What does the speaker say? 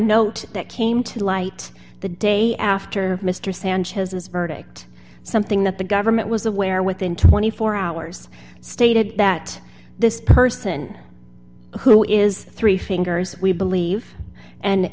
note that came to light the day after mr sanchez's verdict something that the government was aware within twenty four hours stated that this person who is three fingers we believe and